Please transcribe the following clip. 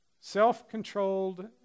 Self-controlled